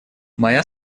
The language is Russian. моя